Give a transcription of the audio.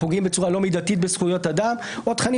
הפוגעים בצורה לא מידתית בזכויות אדם או תכנים